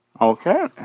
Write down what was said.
Okay